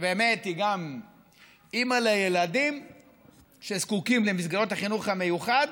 שבאמת היא גם אימא לילדים שזקוקים למסגרות החינוך המיוחד,